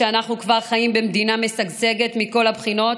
כשאנחנו כבר חיים במדינה משגשגת מכל הבחינות,